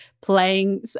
playing